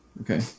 okay